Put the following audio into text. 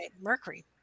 mercury